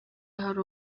hari